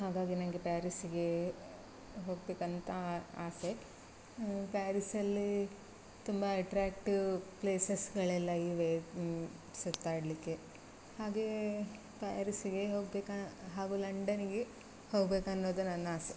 ಹಾಗಾಗಿ ನಂಗೆ ಪ್ಯಾರಿಸ್ಸಿಗೆ ಹೋಗಬೇಕಂತ ಆಸೆ ಪ್ಯಾರಿಸ್ಸಲ್ಲಿ ತುಂಬ ಅಟ್ರ್ಯಾಕ್ಟಿವ್ ಪ್ಲೇಸಸ್ಗಳೆಲ್ಲಾ ಇವೆ ಸುತ್ತಾಡಲಿಕ್ಕೆ ಹಾಗೆ ಪ್ಯಾರಿಸ್ಸಿಗೆ ಹೋಗ್ಬೇಕು ಹಾಗೂ ಲಂಡನ್ನಿಗೆ ಹೋಗಬೇಕನ್ನೋದು ನನ್ನ ಆಸೆ